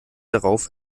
darauf